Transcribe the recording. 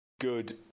good